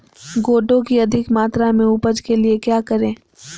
गोटो की अधिक मात्रा में उपज के लिए क्या करें?